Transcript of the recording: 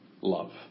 love